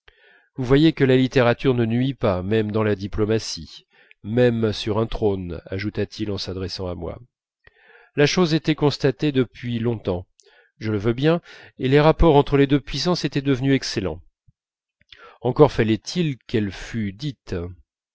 vous voyez que la littérature ne nuit pas même dans la diplomatie même sur un trône ajouta-t-il en s'adressant à moi la chose était constatée depuis longtemps je le veux bien et les rapports entre les deux puissances étaient devenus excellents encore fallait-il qu'elle fût dite